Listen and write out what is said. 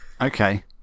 okay